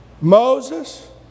Moses